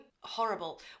horrible